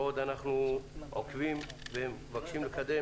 ואנחנו עדיין עוקבים ומבקשים לקדם